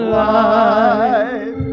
life